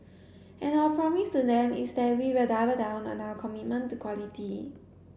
and our promise to them is that we will double down on our commitment to quality